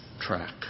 track